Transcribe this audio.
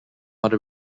other